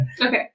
Okay